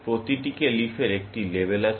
প্রতিটি লিফের একটি লেবেল আছে